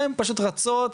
והן פשוט רצות,